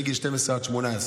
גיל 12 18,